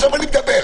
עכשיו אני מדבר.